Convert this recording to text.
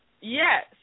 yes